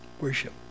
worship